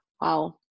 wow